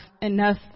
enough